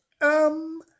Um